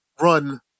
run